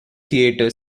theater